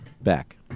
back